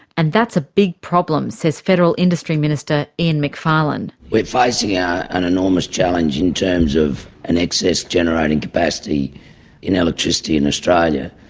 and that's a big problem, says federal industry minister, ian macfarlane we're facing yeah an enormous challenge in terms of an excess generating capacity in electricity in australia.